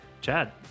Chad